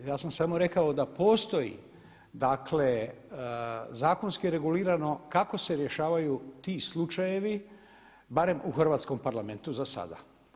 Ja sam samo rekao da postoji dakle zakonski regulirano kako se rješavaju ti slučajevi barem u Hrvatskom parlamentu za sada.